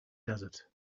desert